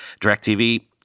DirecTV